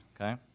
Okay